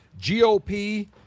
GOP